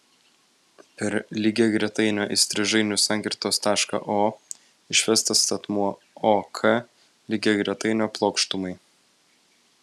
per lygiagretainio įstrižainių sankirtos tašką o išvestas statmuo ok lygiagretainio plokštumai